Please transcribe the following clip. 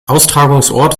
austragungsort